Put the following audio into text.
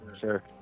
sure